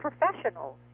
professionals